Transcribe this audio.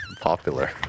popular